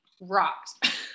rocked